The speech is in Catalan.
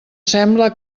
sembla